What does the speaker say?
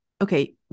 okay